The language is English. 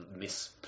miss